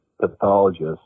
pathologist